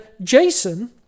Jason